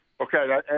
Okay